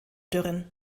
dürren